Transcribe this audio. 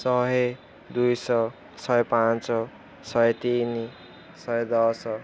ଶହେ ଦୁଇଶହ ଶହେ ପାଞ୍ଚ ଶହେ ତିନି ଶହେ ଦଶ